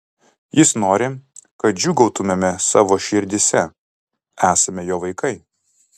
jis nori kad džiūgautumėme savo širdyse esame jo vaikai